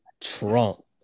Trump